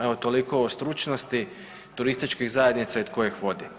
Evo toliko o stručnosti turističkih zajednica i tko ih vodi.